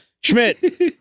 Schmidt